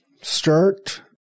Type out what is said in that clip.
start